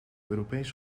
europees